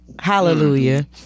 hallelujah